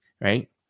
right